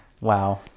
Wow